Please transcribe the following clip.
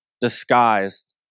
disguised